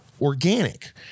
organic